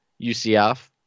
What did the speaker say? UCF